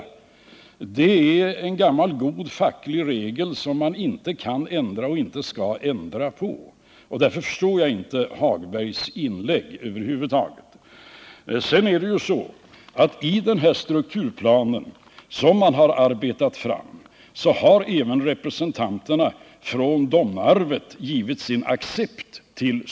Det är en gammal god facklig regel, som man inte kan och inte heller skall ändra på. Därför förstår jag inte herr Hagbergs inlägg över huvud taget. Sedan är det också så att den strukturplan som man har arbetat fram har även representanterna från Domnarvet givit sin accept till.